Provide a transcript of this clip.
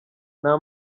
nta